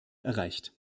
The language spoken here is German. erreicht